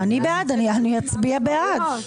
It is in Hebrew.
אני אצביע בעד,